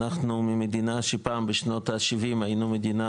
ממדינה שפעם בשנות ה-70' היינו מדינה